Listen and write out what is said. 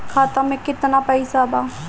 खाता में केतना पइसा बा?